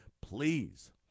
please